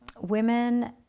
women